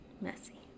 messy